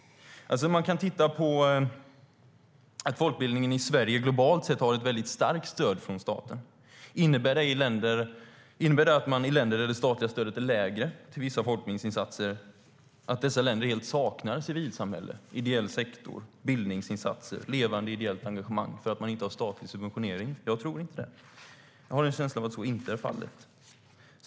Man kan se att folkbildningen i Sverige globalt sett har ett väldigt starkt stöd från staten. Innebär det att det i länder där det statliga stödet är lägre till vissa folkbildningsinsatser helt saknas civilsamhälle, ideell sektor, bildningsinsatser och ett levande ideellt engagemang? Jag tror inte det. Jag har en känsla av att så inte är fallet.